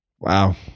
Wow